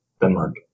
Denmark